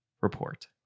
report